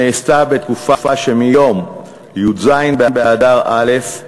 שנעשתה בתקופה שמיום י"ז באדר א'